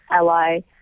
Ally